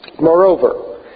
Moreover